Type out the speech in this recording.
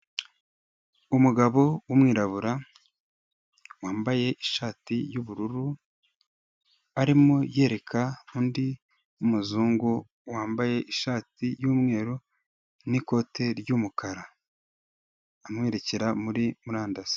Umugabo w'umwirabura wambaye ishati y'ubururu, arimo yereka undi w'umuzungu wambaye ishati y'umweru n'ikote ry'umukara. Amwerekera muri murandasi.